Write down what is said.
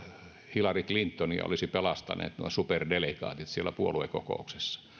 hillary clintonia olisi pelastaneet nuo superdelegaatit siellä puoluekokouksessa